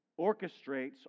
orchestrates